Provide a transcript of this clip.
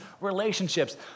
relationships